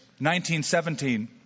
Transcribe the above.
1917